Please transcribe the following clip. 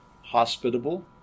hospitable